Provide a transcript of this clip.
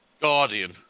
guardian